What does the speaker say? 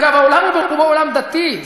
אגב, העולם הוא ברובו עולם דתי.